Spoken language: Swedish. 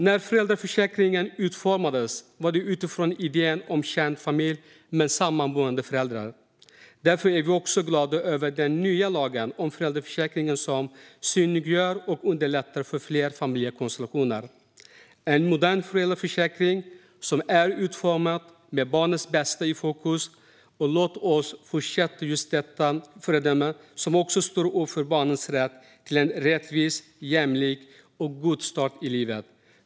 När föräldraförsäkringen utformades var det utifrån idén om en kärnfamilj med sammanboende föräldrar. Därför är vi glada över den nya lag om föräldraförsäkringen som synliggör och underlättar för fler familjekonstellationer. En modern föräldraförsäkring är utformad med barnets bästa i fokus. Låt oss fortsätta vara just detta föredöme som står upp för barnens rätt till en rättvis, jämlik och god start i livet.